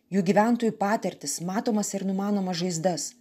jų gyventojų patirtis matomas ir numanomas žaizdas